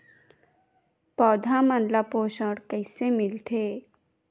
पौधा मन ला पोषण कइसे मिलथे?